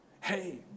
Hey